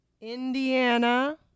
Indiana